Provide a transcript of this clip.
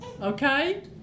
okay